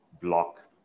block